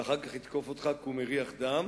ואחר כך יתקוף אותך כי הוא מריח דם,